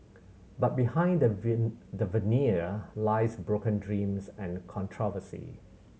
but behind the the veneer lies broken dreams and controversy